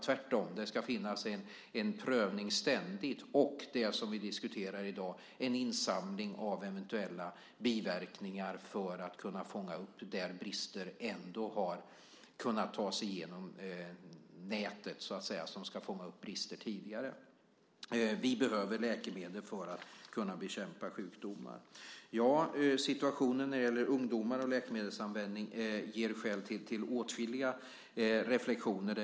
Tvärtom ska det ständigt finnas en prövning och det som vi diskuterar i dag, en insamling av rapporter om eventuella biverkningar för att man ska kunna fånga upp de fall där brister har kunnat ta sig igenom det nät som ska fånga upp brister tidigare. Vi behöver läkemedel för att kunna bekämpa sjukdomar. Situationen när det gäller ungdomar och läkemedelsanvändning ger skäl till åtskilliga reflexioner.